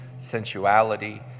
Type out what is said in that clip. sensuality